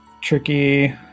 tricky